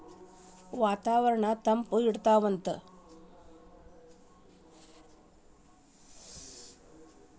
ವಾತಾವರಣನ್ನ ತಂಪ ಇಡತಾವಂತ